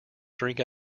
drink